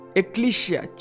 ecclesia